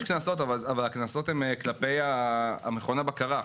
יש קנסות, אבל הקנסות הן כלפי מכוני הבקרה.